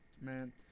man